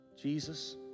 Jesus